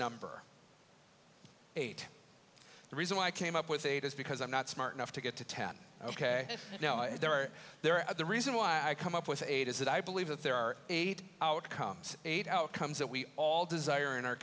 number eight the reason why i came up with eight is because i'm not smart enough to get to ten ok now and there are there at the reason why i come up with eight is that i believe that there are eight outcomes eight outcomes that we all desire in our